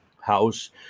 house